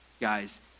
guys